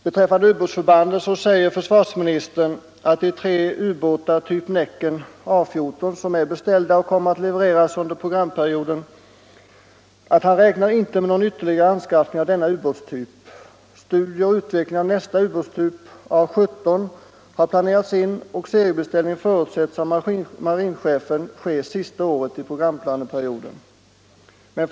Beträffande ubåtsförbanden säger försvarsministern att tre ubåtar av typ Näcken är beställda och kommer att levereras under programplaneperioden och att han inte räknar med någon ytterligare anskaffning av denna ubåtstyp. Studier och utveckling av nästa ubåtstyp har planerats in, och seriebeställning förutsätts av chefen för marinen ske sista året i programplaneperioden.